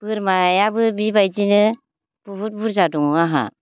बोरमायाबो बेबायदिनो बहुद बुरजा दङ आंहा